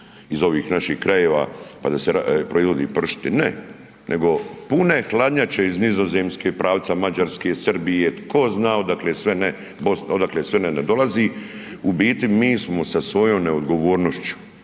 iz ovih naših krajeva pa se proizvode pršuti, ne, ne pune hladnjače iz Nizozemske, pravca Mađarske, Srbije tko zna odakle sve ne, odakle sve ne ne dolazi. U biti mi smo sa svojom neodgovornošu,